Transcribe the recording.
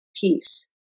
peace